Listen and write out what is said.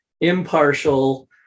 impartial